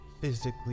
Physically